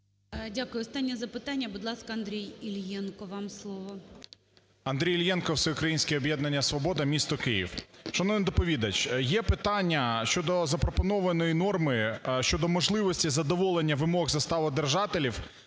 Дякую. Останнє запитання. Будь ласка, Андрій Іллєнко, вам слово. 16:17:08 ІЛЛЄНКО А.Ю. Андрій Іллєнко, Всеукраїнське об'єднання "Свобода", місто Київ. Шановний доповідач, є питання щодо запропонованої норми щодо можливості задоволення вимог заставодержателів